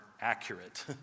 accurate